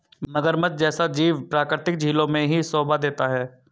मगरमच्छ जैसा जीव प्राकृतिक झीलों में ही शोभा देता है